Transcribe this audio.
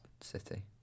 City